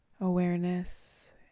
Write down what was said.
awareness